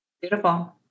Beautiful